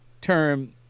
term